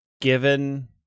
given